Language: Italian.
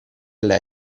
lei